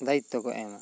ᱫᱟᱭᱤᱛᱚ ᱠᱚ ᱮᱢᱟ